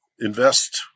invest